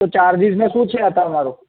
તો ચાર્જીસ ને શું છે આ તમારો